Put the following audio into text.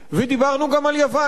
ודיברנו גם על יוון,